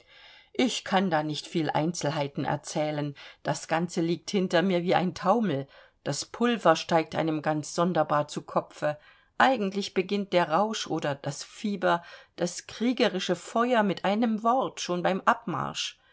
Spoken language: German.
ich kann da nicht viel einzelheiten erzählen das ganze liegt hinter mir wie ein taumel das pulver steigt einem ganz sonderbar zu kopfe eigentlich beginnt der rausch oder das fieber das kriegerische feuer mit einem wort schon beim abmarsch